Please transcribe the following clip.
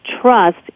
trust